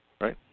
Right